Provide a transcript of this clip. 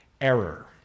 error